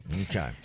Okay